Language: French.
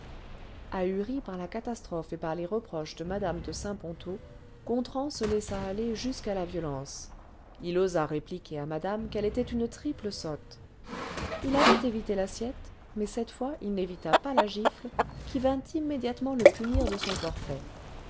imbécile ahuri parla catastrophe et par les reproches de mtm de saint ponto gontran se laissa aller jusqu'à la violence il osa répliquer à madame qu'elle était une triple sotte il avait évité l'assiette mais cette fois il n'évita pas la gifle qui vint immédiatement le punir de son forfait